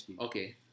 Okay